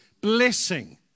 blessing